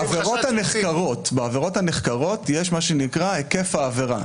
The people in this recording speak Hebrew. בעבירות הנחקרות יש מה שנקרא היקף העבירה.